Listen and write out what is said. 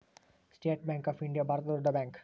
state Bank of India ಭಾರತದ ದೊಡ್ಡ bank